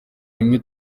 rimwe